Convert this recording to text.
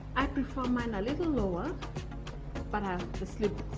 i prefer mine a little lower but have to sleeves